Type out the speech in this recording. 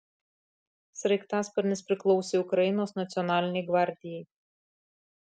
sraigtasparnis priklausė ukrainos nacionalinei gvardijai